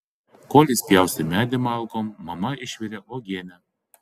kol jis pjaustė medį malkom mama išvirė uogienę